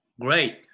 Great